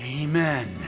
amen